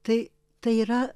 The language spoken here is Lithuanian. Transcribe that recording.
tai tai yra